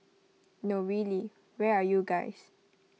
no really where are you guys